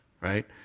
right